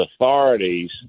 authorities